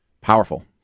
powerful